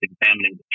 examining